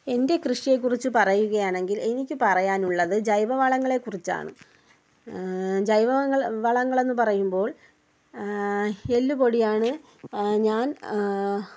എൻറെ കൃഷിയെ കുറിച്ച് പറയുകയാണെങ്കിൽ എനിക്ക് പറയാനുള്ളത് ജൈവവളങ്ങളെ കുറിച്ചാണ് ജൈവവളങ്ങൾ വളങ്ങളെന്നു പറയുമ്പോൾ എല്ലുപൊടിയാണ് ഞാൻ